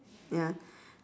ya